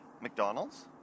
McDonald's